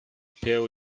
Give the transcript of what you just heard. pale